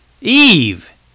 Eve